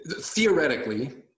theoretically